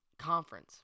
conference